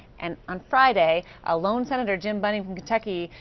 and on friday, a lone senator, jim bunning from kentucky,